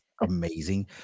amazing